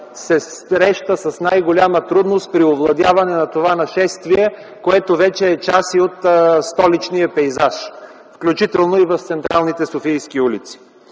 се среща с най-голяма трудност при овладяване на това нашествие, което вече е част и от столичния пейзаж, включително по централните софийски улици.